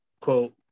Quote